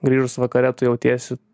grįžus vakare tu jautiesi